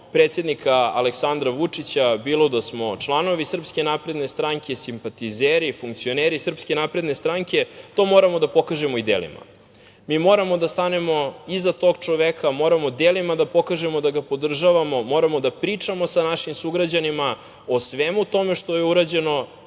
predsednika Aleksandra Vučića, bilo da smo članovi SNS, simpatizeri, funkcioneri SNS, to moramo da pokažemo i delima. Moramo da stanemo iza tog čoveka, moramo delima da pokažemo da ga podržavamo, moramo da pričamo sa našim sugrađanima o svemu tome što je urađeno